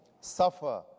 Suffer